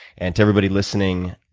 and to everybody listening,